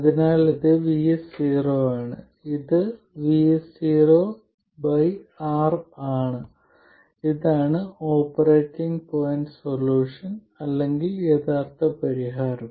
അതിനാൽ ഇത് VS0 ആണ് ഇത് VS0R ആണ് ഇതാണ് ഓപ്പറേറ്റിംഗ് പോയിന്റ് സൊല്യൂഷൻ അല്ലെങ്കിൽ യഥാർത്ഥ പരിഹാരം